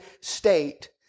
state